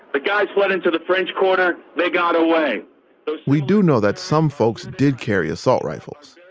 guys fled into the french quarter. they got away we do know that some folks did carry assault rifles.